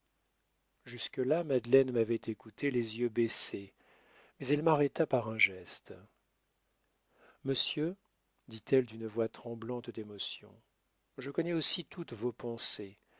jusque-là madeleine m'avait écouté les yeux baissés mais elle m'arrêta par un geste monsieur dit-elle d'une voix tremblante d'émotion je connais aussi toutes vos pensées